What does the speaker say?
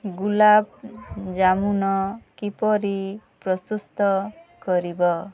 ଗୁଲାବ୍ ଯାମୁନ କିପରି ପ୍ରସ୍ତୁତ କରିବ